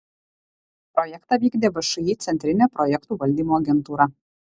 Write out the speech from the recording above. projektą vykdė všį centrinė projektų valdymo agentūra